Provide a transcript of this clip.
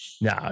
No